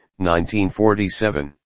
1947